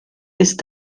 ist